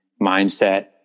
mindset